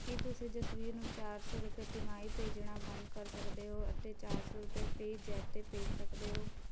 ਕੀ ਤੁਸੀਂ ਜਸਬੀਰ ਨੂੰ ਚਾਰ ਸੌ ਰੁਪਏ ਤਿਮਾਹੀ ਭੇਜਣਾ ਬੰਦ ਕਰ ਸਕਦੇ ਹੋ ਅਤੇ ਚਾਰ ਸੌ ਰੁਪਏ ਪੇਜ਼ੈਪ 'ਤੇ ਭੇਜ ਸਕਦੇ ਹੋ